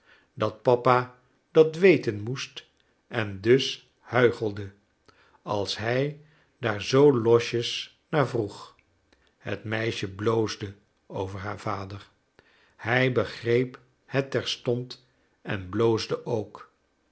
dat papa dat weten moest en dus huichelde als hij daar zoo losjes naar vroeg het meisje bloosde over haar vader hij begreep het terstond en bloosde ook